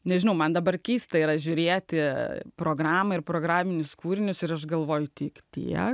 nežinau man dabar keista yra žiūrėti programą ir programinius kūrinius ir aš galvoju tik tiek